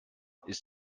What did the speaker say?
ist